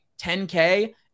10K